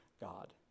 God